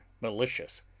malicious